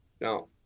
Now